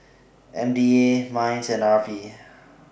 M D A Minds and R P